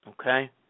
Okay